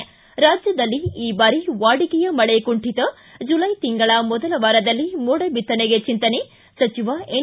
ರ್ತಿ ರಾಜ್ಜದಲ್ಲಿ ಈ ಬಾರಿ ವಾಡಿಕೆಯ ಮಳೆ ಕುಂಠಿತ ಜುಲೈ ತಿಂಗಳ ಮೊದಲ ವಾರದಲ್ಲಿ ಮೋಡ ಬಿತ್ತನೆಗೆ ಚಿಂತನೆ ಸಚಿವ ಎನ್